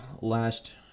last